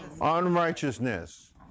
unrighteousness